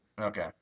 Okay